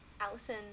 Allison